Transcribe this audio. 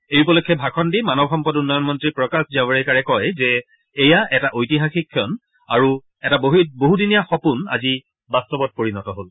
এই উপলক্ষে ভাষণ দি মানৱ সম্পদ উন্নয়ন মন্ত্ৰী প্ৰকাশ জান্নেকাৰে কয় যে এয়া এটা ঐতিহাসিক ক্ষণ আৰু এটা বহুদিনীয়া সপোন আজি বাস্তৱত পৰিণত হ'ল